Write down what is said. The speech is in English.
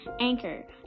anchor